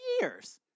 years